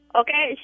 okay